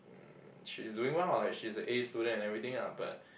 she's doing well like she's a A student and everything ah but